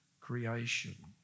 creation